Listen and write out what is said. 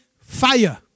fire